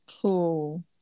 Cool